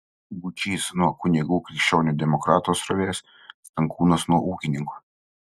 būčys nuo kunigų krikščionių demokratų srovės stankūnas nuo ūkininkų